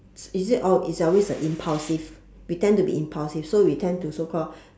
is it all it's always a impulsive we tend to be impulsive so we tend to so called